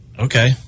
Okay